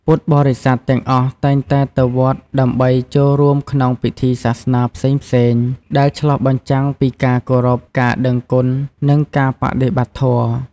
ពុទ្ធបរិស័ទទាំងអស់តែងតែទៅវត្តដើម្បីចូលរួមក្នុងពិធីសាសនាផ្សេងៗ ដែលឆ្លុះបញ្ចាំងពីការគោរព ការដឹងគុណ និងការបដិបត្តិធម៌។